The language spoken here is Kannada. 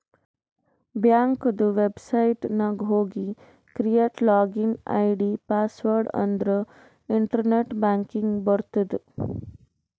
ಬ್ಯಾಂಕದು ವೆಬ್ಸೈಟ್ ನಾಗ್ ಹೋಗಿ ಕ್ರಿಯೇಟ್ ಲಾಗಿನ್ ಐ.ಡಿ, ಪಾಸ್ವರ್ಡ್ ಅಂದುರ್ ಇಂಟರ್ನೆಟ್ ಬ್ಯಾಂಕಿಂಗ್ ಬರ್ತುದ್